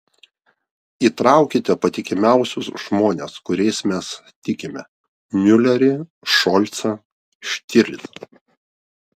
įtraukite patikimiausius žmones kuriais mes tikime miulerį šolcą štirlicą